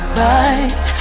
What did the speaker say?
right